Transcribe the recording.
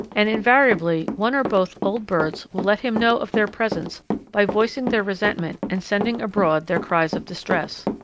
and invariably one or both old birds will let him know of their presence by voicing their resentment and sending abroad their cries of distress.